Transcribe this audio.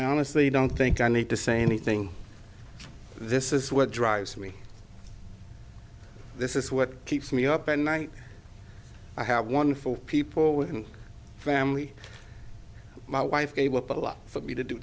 honestly don't think i need to say anything this is what drives me this is what keeps me up and i have wonderful people with family my wife gave up a lot for me to do